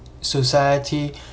society